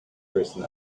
person